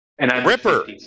Ripper